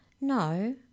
No